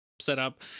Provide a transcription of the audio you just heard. setup